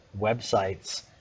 websites